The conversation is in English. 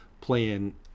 playing